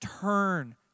turn